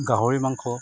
গাহৰি মাংস